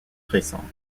récentes